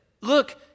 Look